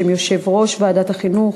בשם יושב-ראש ועדת הכנסת,